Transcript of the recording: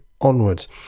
onwards